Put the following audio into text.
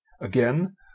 Again